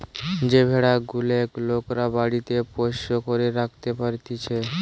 যে ভেড়া গুলেক লোকরা বাড়িতে পোষ্য করে রাখতে পারতিছে